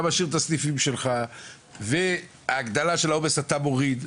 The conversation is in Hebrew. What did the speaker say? אתה משאיר את הסניפים שלך ואת ההגדלה של העומס אתה מוריד,